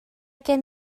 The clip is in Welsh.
gen